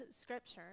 scripture